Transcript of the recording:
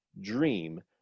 dream